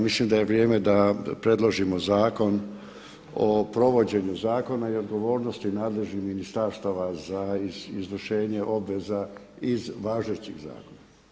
Mislim da je vrijeme da predložimo Zakon o provođenju zakona i odgovornosti nadležnih ministarstava za izvršenje obveza iz važećih zakona.